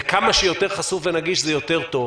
וכמה שיותר חשוף ונגיש זה יותר טוב.